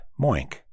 Moink